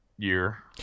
year